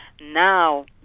now